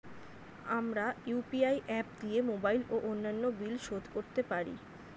আমরা UPI app দিয়ে mobile ও অন্যান্য বিল শোধ করতে পারি